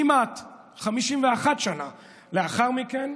כמעט 51 שנה לאחר מכן,